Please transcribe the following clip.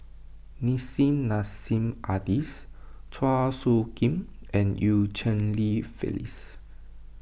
Nissim Nassim Adis Chua Soo Khim and Eu Cheng Li Phyllis